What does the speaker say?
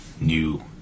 new